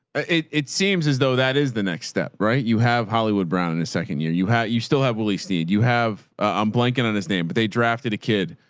it it seems as though that is the next step, right? you have hollywood brown in his second year. you have, you still have willy steed. you have a i'm blanking on his name, but they drafted a kid.